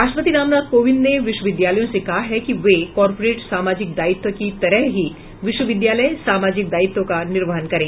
राष्ट्रपति रामनाथ कोविंद ने विश्वविद्यालयों से कहा है कि वे कॉर्पोरेट सामाजिक दायित्व की तरह ही विश्वविद्यालय सामाजिक दायित्व का निर्वहन करें